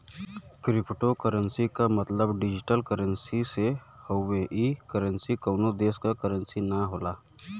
cryptocurrency क मतलब digital currency से हउवे ई करेंसी कउनो देश क करेंसी न होला